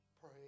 Pray